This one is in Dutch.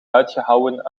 uitgehouwen